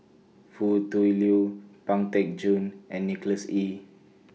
Foo Tui Liew Pang Teck Joon and Nicholas Ee